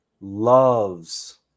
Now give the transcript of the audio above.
loves